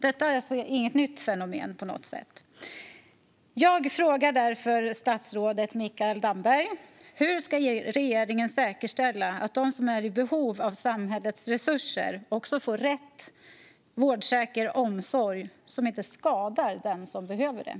Detta är alltså inte på något sätt något nytt fenomen. Jag frågar därför statsrådet Mikael Damberg: Hur ska regeringen säkerställa att de som är i behov av samhällets resurser får rätt och vårdsäker omsorg som inte skadar dem?